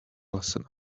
lesson